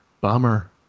bummer